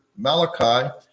Malachi